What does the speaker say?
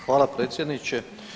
Hvala predsjedniče.